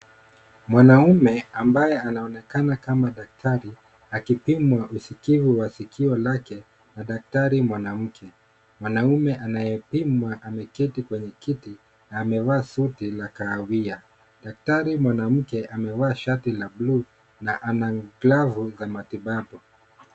Mwanaume ambaye anaonekana kama daktari akipimwa usikivu wa sikio lake na daktari mwanamke. Mwanaume anayepimwa ameketi kwenye kiti na amevaa suti la kahawia. Daktari mwanamke amevaa shati la buluu na ana glavu za matibabu.